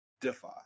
Defy